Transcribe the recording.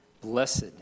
Blessed